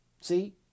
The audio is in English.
See